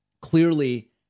clearly